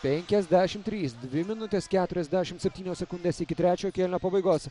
penkiasdešim trys dvi minutės keturiasdešim septynios sekundės iki trečiojo kėlinio pabaigos